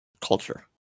Culture